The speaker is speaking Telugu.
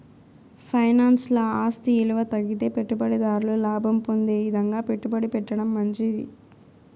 ఫైనాన్స్ల ఆస్తి ఇలువ తగ్గితే పెట్టుబడి దారుడు లాభం పొందే ఇదంగా పెట్టుబడి పెట్టడం మంచిది